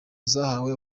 zahawe